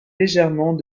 légèrement